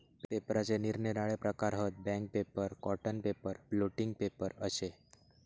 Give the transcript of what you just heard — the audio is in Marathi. पेपराचे निरनिराळे प्रकार हत, bank paper, cotton paper, blotting paper अशे